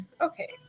Okay